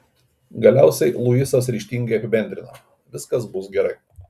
galiausiai luisas ryžtingai apibendrina viskas bus gerai